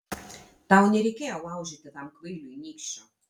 tau nereikėjo laužyti tam kvailiui nykščio